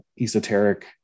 esoteric